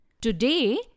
Today